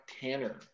Tanner